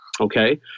Okay